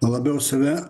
labiau save